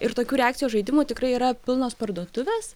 ir tokių reakcijos žaidimų tikrai yra pilnos parduotuvės